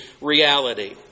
reality